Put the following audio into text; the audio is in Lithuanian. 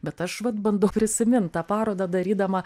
bet aš vat bandau prisimint tą parodą darydama